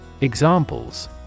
Examples